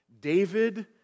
David